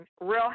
Real